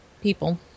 people